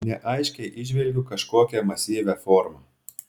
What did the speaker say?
neaiškiai įžvelgiu kažkokią masyvią formą